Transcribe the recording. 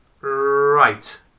Right